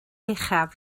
uchaf